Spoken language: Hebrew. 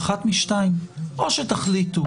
אחת משתיים, או שתחליטו